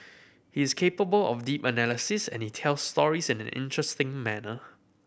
he is capable of deep analysis and he tells stories in an interesting manner